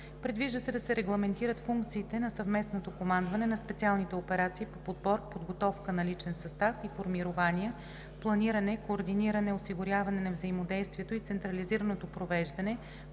Предвижда се да се регламентират функциите на Съвместното командване на специалните операции по подбор, подготовка на личен състав и формирования, планиране, координиране, осигуряване на взаимодействието и централизираното провеждане,